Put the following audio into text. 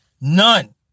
None